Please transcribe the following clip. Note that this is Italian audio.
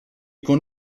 con